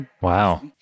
Wow